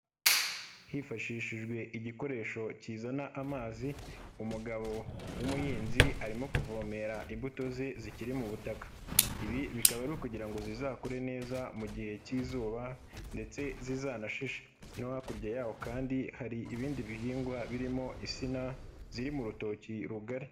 Hifashishijwe igikoresho kizana amazi, umugabo w'umuhinzi arimo kuvomera imbuto ze zikiri mu butaka. Ibi bikaba ari ukugira ngo zizakure neza mu gihe cy'izuba ndetse zizanashishe no hakurya yaho kandi hari ibindi bihingwa birimo insina ziri mu rutoki rugari.